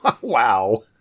Wow